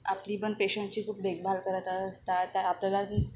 आपली पण पेशंटची खूप देखभाल करत असतात आपल्याला